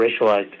racialized